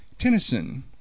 Tennyson